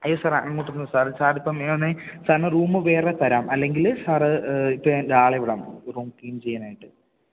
അയ്യോ സാറെ അങ്ങോട്ടൊന്നും സാർ സാറിനിപ്പം വേണമെങ്കില് സാറിന് റൂം വേറെ തരാം അല്ലെങ്കില് സാർ ഇപ്പോള് ഞാൻ ഒരാളെ വിടാം റൂം ക്ലീൻ ചെയ്യാനായിട്ട്